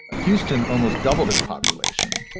houston almost doubled its population.